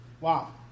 wow